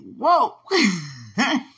whoa